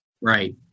right